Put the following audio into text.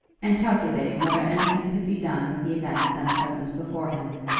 and calculating whether anything could be done with the events then present before him.